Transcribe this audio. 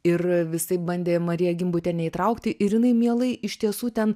ir visaip bandė mariją gimbutienę įtraukti ir jinai mielai iš tiesų ten